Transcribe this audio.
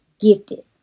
gifted